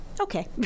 Okay